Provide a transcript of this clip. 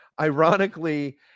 ironically